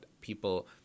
people